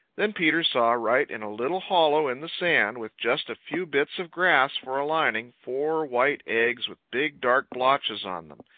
then peter saw right in a little hollow in the sand, with just a few bits of grass for a lining, four white eggs with big dark blotches on them.